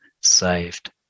saved